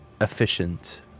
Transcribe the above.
efficient